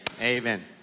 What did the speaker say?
Amen